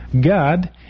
God